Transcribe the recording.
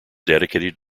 dedicated